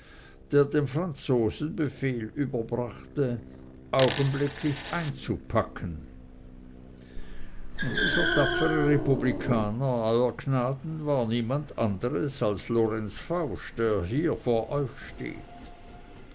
der dem franzosen befehl überbrachte augenblicklich einzupacken und dieser tapfere republikaner euer gnaden war niemand anders als lorenz fausch der hier vor euch steht